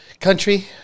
Country